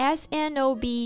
snob